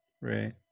right